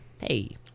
Hey